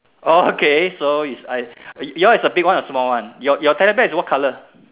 oh okay so is I your is the big one or small one your your teddy bear is what color